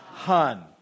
Hun